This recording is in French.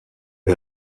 est